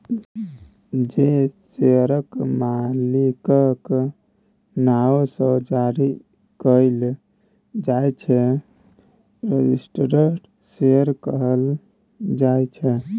जे शेयर मालिकक नाओ सँ जारी कएल जाइ छै रजिस्टर्ड शेयर कहल जाइ छै